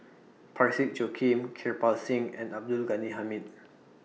Parsick Joaquim Kirpal Singh and Abdul Ghani Hamid